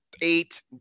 eight